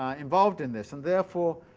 ah involved in this, and therefore,